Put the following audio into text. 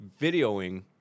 videoing